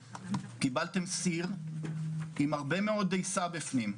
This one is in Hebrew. קיבלתם סיר עם הרבה מאוד דייסה בפנים,